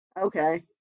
Okay